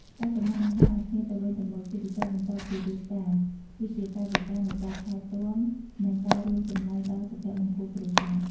ការចម្អិនអាហារឱ្យគ្នាទៅវិញទៅមក ជាពិសេសបន្ទាប់ពីរៀបការ គឺជាកាយវិការនៃការថែទាំ និងការរួមចំណែកដល់សុភមង្គលគ្រួសារ។